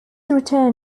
return